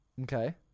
Okay